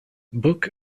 book